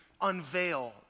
unveil